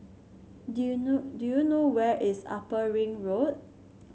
do you know do you know where is Upper Ring Road